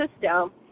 system